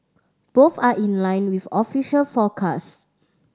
both are in line with official forecast